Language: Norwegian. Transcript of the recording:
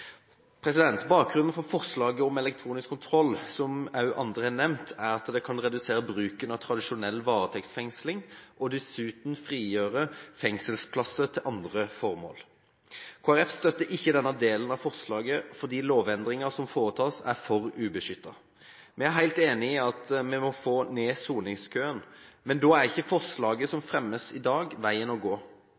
varetektssurrogat. Bakgrunnen for forslaget om elektronisk kontroll, som også andre har nevnt, er at den kan redusere bruken av tradisjonell varetektsfengsling og dessuten frigjøre fengselsplasser til andre formål. Kristelig Folkeparti støtter ikke denne delen av forslaget fordi lovendringen som foretas, er for ubeskyttet. Vi er helt enig i at vi må få ned soningskøen, men da er ikke forslaget som fremmes i dag, veien å gå.